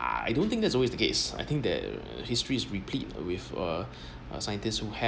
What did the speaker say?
I don't think that's always the case I think that history is replete with a a scientist who have